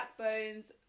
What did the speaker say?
Blackbones